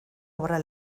habrá